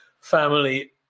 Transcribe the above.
family